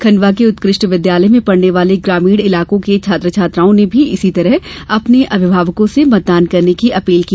खंडवा के उत्कृष्ट विद्यालय में पढने वाले ग्रामीण इलाकों के छात्र छात्राओं ने भी इसी तरह अपने अभिभावकों से मतदान करने की अपील की